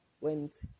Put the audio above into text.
went